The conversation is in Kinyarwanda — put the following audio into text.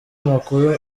amakuru